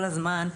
כל הזמן,